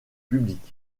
public